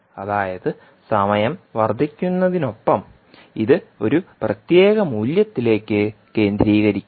അതായത് സമയം വർദ്ധിക്കുന്നതിനൊപ്പം ഇത് ഒരു പ്രത്യേക മൂല്യത്തിലേക്ക് കേന്ദ്രീകരിക്കുന്നു